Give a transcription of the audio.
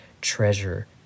treasure